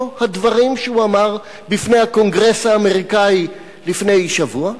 הדברים שהוא אמר בפני הקונגרס האמריקני לפני שבוע,